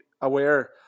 aware